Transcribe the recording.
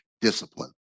discipline